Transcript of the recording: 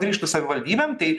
grįžtų savivaldybėm tai